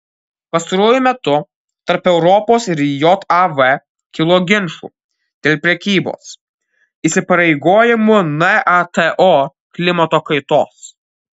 pastaruoju metu tarp europos ir jav kilo ginčų dėl prekybos įsipareigojimų nato klimato kaitos